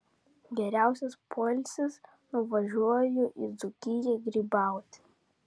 geriausias poilsis nuvažiuoju į dzūkiją grybauti